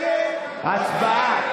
הצבעה.